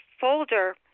folder